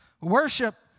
Worship